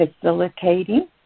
facilitating